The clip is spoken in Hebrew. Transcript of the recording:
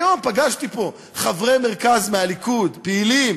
היום פגשתי פה חברי מרכז מהליכוד, פעילים,